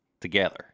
together